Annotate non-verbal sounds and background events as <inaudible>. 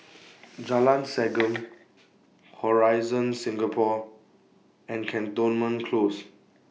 <noise> Jalan Segam Horizon Singapore and Cantonment Close